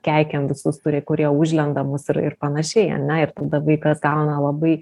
keikiam visus turi kurie užlenda mus ir panašiai ane ir tada vaikas gauna labai